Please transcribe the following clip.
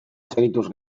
segituz